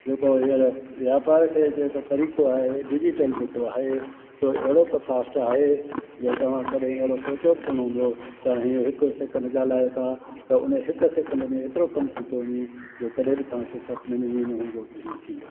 जेको हींअर वापार खे जे तरीक़ो आहे डिजीटल जेको आहे सो अहिड़ो त फास्ट आहे जो तव्हां करे अहिड़ो सोचो कोन हूंदो त हिकु सेकिंड ॻाल्हायो था त उन हिकु सेकिंड में एतिरो कम थी थो वञे जो कॾहिं बि तव्हां सुपिने में हीअं न हूंदो त इहा थींदो